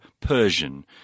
Persian